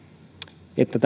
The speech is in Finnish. että